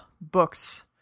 Books